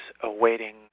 awaiting